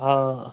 ਹਾਂ